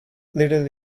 little